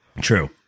True